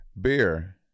Beer